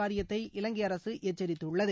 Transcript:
வாரியத்தை இலங்கை அரசு எச்சரித்துள்ளது